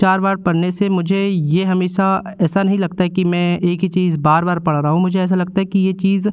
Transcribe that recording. चार बार पढ़ने से मुझे यह हमेशा ऐसा नहीं लगता है कि मैं एक ही चीज़ बार बार पढ़ रहा हूँ मुझे ऐसा लगता है कि यह चीज़